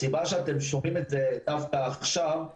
הסיבה שאתם שומעים את זה דווקא עכשיו היא